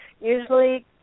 usually